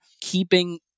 keeping